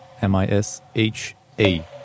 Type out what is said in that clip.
M-I-S-H-A